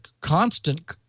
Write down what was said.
constant